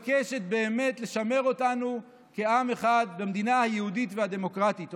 והיא מבקשת באמת לשמר אותנו כעם אחד במדינה היהודית והדמוקרטית.